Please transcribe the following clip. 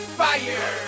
fire